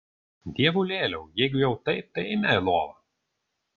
dievulėliau jeigu jau taip tai eime į lovą